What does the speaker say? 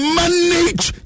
manage